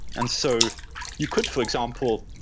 and so you could, for example,